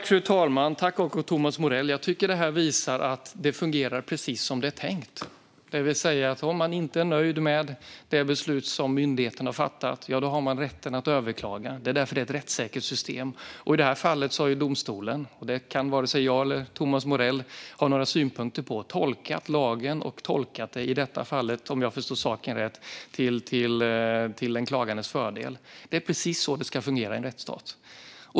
Fru talman! Jag tycker att detta visar att det fungerar precis som det är tänkt, det vill säga: Om man inte är nöjd med det beslut som myndigheten har fattat har man rätt att överklaga. Det är därför det är ett rättssäkert system. I det här fallet har domstolen - detta kan varken jag eller Thomas Morell har några synpunkter på - tolkat lagen, om jag förstår saken rätt, till den klagandes fördel. Det är precis så det ska fungera i en rättsstat.